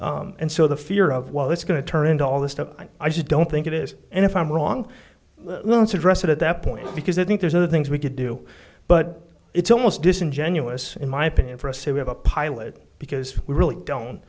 control and so the fear of well that's going to turn into all this stuff i just don't think it is and if i'm wrong address it at that point because i think there's other things we could do but it's almost disingenuous in my opinion for us to have a pilot because we really don't